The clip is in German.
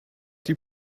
die